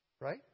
Right